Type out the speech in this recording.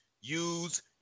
use